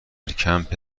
کمپ